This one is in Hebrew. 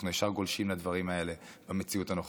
אנחנו ישר גולשים לדברים האלה במציאות הנוכחית,